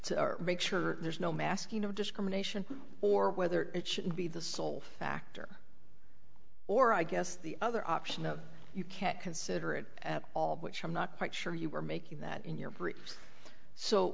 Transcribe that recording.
to make sure there's no masking of discrimination or whether it should be the sole factor or i guess the other option of you can't consider it at all which i'm not quite sure you were making that in your